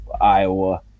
Iowa